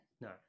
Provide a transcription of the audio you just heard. No